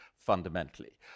Fundamentally